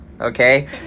Okay